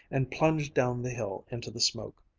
and plunged down the hill into the smoke.